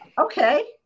Okay